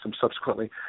subsequently